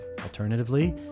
Alternatively